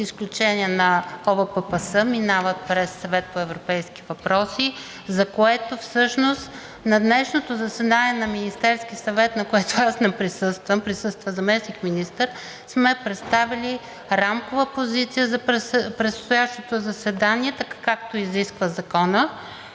изключение на ОБППС, минават през Съвета по европейски въпроси, за което всъщност на днешното заседание на Министерския съвет, на което аз не присъствам – присъства заместник-министър, сме представили рамкова позиция за предстоящото заседание, така, както изисква законът